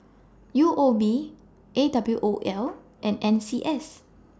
U O B A W O L and N C S